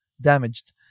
damaged